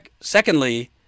Secondly